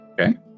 Okay